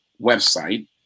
website